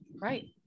Right